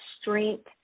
strength